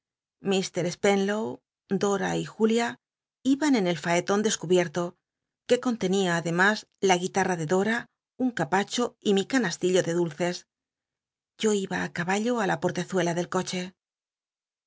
ilr spcnlow dora y ju lia iban en el facton clcscnbierl o que conlcnia adcmas la guita rra de dor t un capacho y mi canastillo de dulces yo iba i caballo á la portezuela del coche